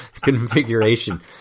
configuration